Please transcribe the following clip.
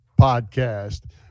podcast